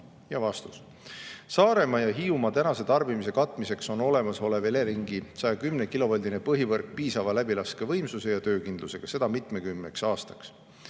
Vastus. Saaremaa ja Hiiumaa tänase tarbimise katmiseks on olemasolev Eleringi 110-kilovoldine põhivõrk piisava läbilaskevõimsuse ja töökindlusega, seda mitmekümneks aastaks.